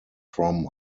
from